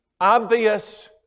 obvious